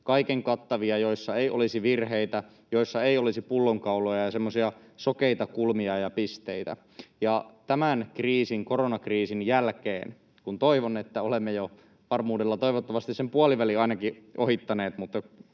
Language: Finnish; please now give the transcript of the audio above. kaikenkattavia, joissa ei olisi virheitä ja joissa ei olisi pullonkauloja ja semmoisia sokeita kulmia ja pisteitä. Tämän koronakriisin jälkeen — kun toivon, että olemme jo varmuudella toivottavasti sen puolivälin ainakin ohittaneet, mutta